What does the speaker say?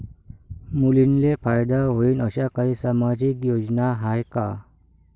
मुलींले फायदा होईन अशा काही सामाजिक योजना हाय का?